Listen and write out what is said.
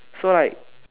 so like